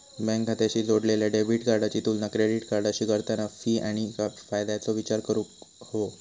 bank खात्याशी जोडलेल्या debit कार्डाची तुलना क्रेडिट कार्डाशी करताना फी आणि फायद्याचो विचार करूक हवो